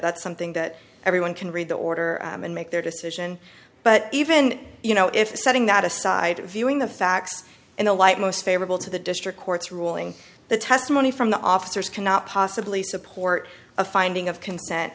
that's something that everyone can read the order and make their decision but even you know if setting that aside viewing the facts in the light most favorable to the district court's ruling the testimony from the officers cannot possibly support a finding of consent